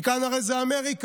כי כאן הרי זה אמריקה,